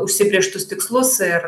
užsibrėžtus tikslus ir